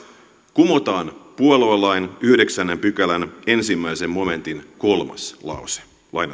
kumotaan puoluelain yhdeksännen pykälän ensimmäisen momentin kolmas lause